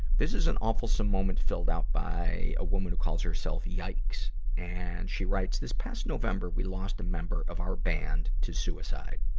this is an awfulsome moment filled out by a woman who calls herself yikes. and she writes, this past november, we lost a member of our band to suicide.